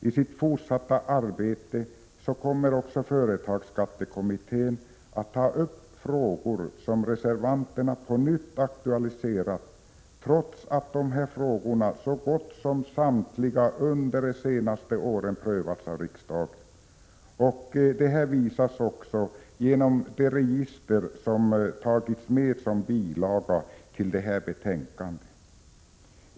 I sitt fortsatta arbete kommer också företagsskattekommittén att ta upp frågor som reservanterna på nytt har aktualiserat, trots att dessa frågor så gott som samtliga under de senaste åren har prövats av riksdagen. Detta visas också genom det register som tagits med som bilaga till detta betänkande.